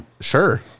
Sure